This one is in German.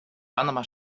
panama